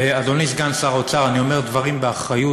אדוני סגן שר האוצר, אני אומר דברים באחריות.